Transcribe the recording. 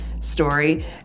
story